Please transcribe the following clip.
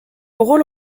rôle